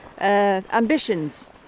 ambitions